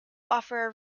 offers